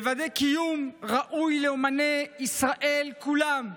ולוודא קיום ראוי לאומני ישראל כולם,